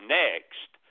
next